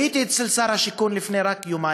הייתי אצל שר השיכון רק לפני יומיים,